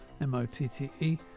M-O-T-T-E